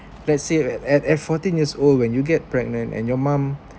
let's say at at fourteen years old when you get pregnant and your mum